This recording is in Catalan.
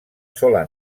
sola